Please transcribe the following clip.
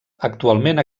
actualment